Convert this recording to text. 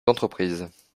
entreprises